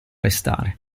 restare